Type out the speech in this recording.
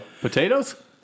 Potatoes